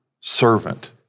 servant